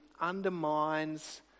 undermines